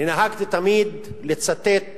אני נהגתי תמיד לצטט